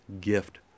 gift